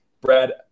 Brad